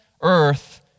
earth